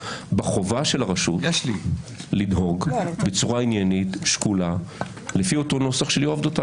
בחובה של הרשות לנהוג בצורה עניינית ושקולה לפי אותו נוסח של יואב דותן.